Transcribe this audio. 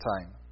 time